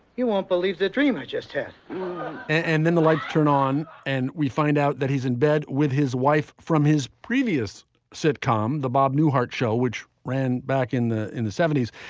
you won't believe the dream i just had and then the light turned on and we find out that he's in bed with his wife from his previous sitcom, the bob newhart show, which ran back in in the seventy s.